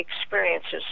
experiences